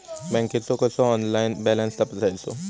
बँकेचो कसो online balance तपासायचो?